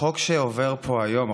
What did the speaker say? החוק שעובר פה היום,